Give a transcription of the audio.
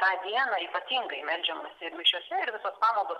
tą dieną ypatingai meldžiamasi ir mišiose ir visos pamaldos